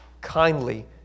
kindly